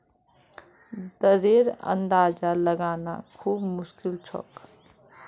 दरेर अंदाजा लगाना खूब मुश्किल छोक